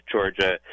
Georgia